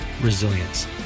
Resilience